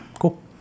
Cool